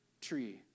tree